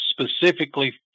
specifically